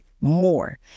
more